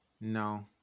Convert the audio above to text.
No